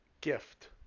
gift